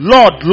Lord